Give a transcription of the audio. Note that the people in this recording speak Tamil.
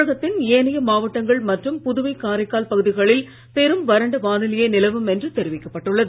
தமிழகத்தின் ஏனைய மாவட்டங்கள் மற்றும் புதுவை காரைக்கால் பகுதிகளில் பெரும் வறண்ட வானிலையே நிலவும் என்றும் தெரிவிக்கப்பட்டுள்ளது